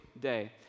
day